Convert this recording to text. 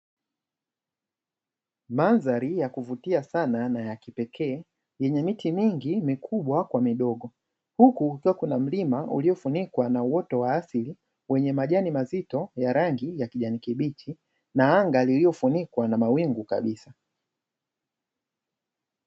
Mandhari ya kuvutia sana na ya kipekee, yenye miti mingi mikubwa kwa midogo, huku kukiwa kuna mlima iliyofunikwa na uoto wa asili wenye majani mazito ya rangi ya kijani kibichi, na anga liliofunikwa na mawingu kabisa.